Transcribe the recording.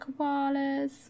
koalas